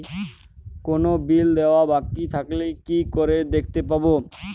কোনো বিল দেওয়া বাকী থাকলে কি করে দেখতে পাবো?